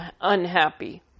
unhappy